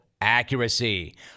Accuracy